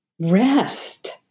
rest